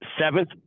Seventh